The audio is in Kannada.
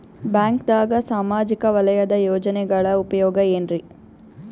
ಬ್ಯಾಂಕ್ದಾಗ ಸಾಮಾಜಿಕ ವಲಯದ ಯೋಜನೆಗಳ ಉಪಯೋಗ ಏನ್ರೀ?